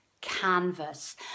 canvas